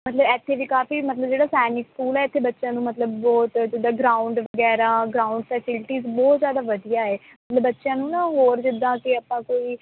ਮਤਲਬ ਇੱਥੇ ਵੀ ਕਾਫੀ ਮਤਲਬ ਜਿਹੜਾ ਸੈਨਿਕ ਸਕੂਲ ਹੈ ਇੱਥੇ ਬੱਚਿਆਂ ਨੂੰ ਮਤਲਬ ਬਹੁਤ ਜਿੱਦਾਂ ਗਰਾਊਂਡ ਵਗੈਰਾ ਗਰਾਉਂਡ ਫੈਸਿਲਟੀਜ਼ ਬਹੁਤ ਜ਼ਿਆਦਾ ਵਧੀਆ ਹੈ ਮਤਲਬ ਬੱਚਿਆਂ ਨੂੰ ਨਾ ਹੋਰ ਜਿੱਦਾਂ ਕਿ ਆਪਾਂ ਕੋਈ